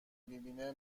میبینه